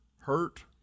hurt